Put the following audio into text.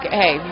hey